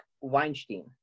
Weinstein